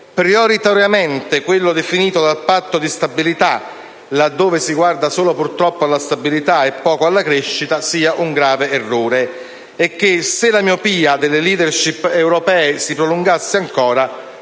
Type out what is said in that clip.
prioritariamente quello definito dal Patto di stabilità e crescita, laddove si guarda purtroppo solo alla stabilità e poco alla crescita, sia un grave errore; e che, se la miopia delle *leadership* europee si prolungasse ancora,